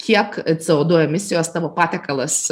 kiek c o du emisijos tavo patiekalas